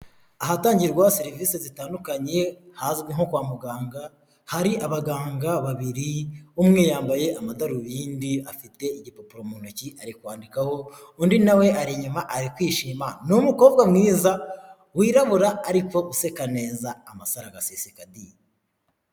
Ahatangirwa serivisi zitandukanye hazwi nko kwamuganga, hari abaganga babiri, umwe yambaye amadarubindi afite igipapuro mu ntoki ari kwandikaho, undi nawe ari inyuma ari kwishima, ni umukobwa mwiza wirabura ariko useka neza amasaro agaseseka di.